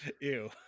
ew